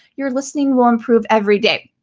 your listening will improve every day.